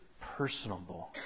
personable